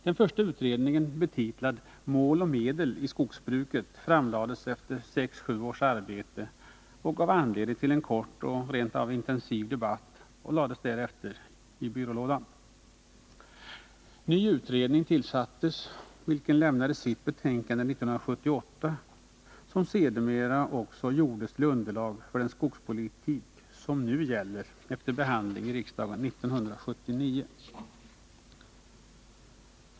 Den första utredningen, betitlad Mål och medel i skogsbruket, framlades efter 6-7 års arbete. Den gav anledning till en kort och rent av intensiv debatt och lades därefter i byrålådan. En ny utredning tillsattes, vilken lämnade sitt betänkande 1978, som sedermera också gjordes till underlag för den skogspolitik som nu gäller efter behandling i riksdagen 1979.